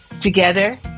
Together